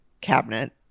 cabinet